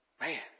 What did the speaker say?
Man